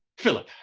philip,